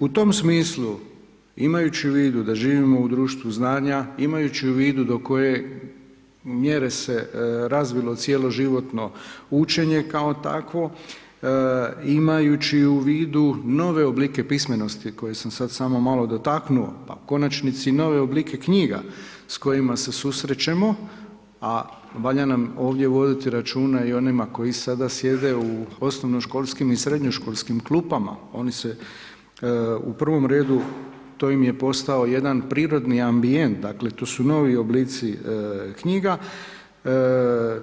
U tom smislu, imajući u vidu da živimo u društvu znanja, imajući u vidu do koje mjere se razvilo cjeloživotno učenje kao takvo, imajući u vidu nove oblike pismenosti koje sam sad samo malo dotaknuo pa u konačnici i nove oblike knjiga s kojima se susrećemo, a valja nam ovdje voditi računa i onima koji sada sjede u osnovnoškolskim i srednjoškolskim klupama, oni se u prvom redu, to im je postao jedan prirodni ambijent, dakle to su novi oblici knjiga,